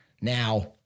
Now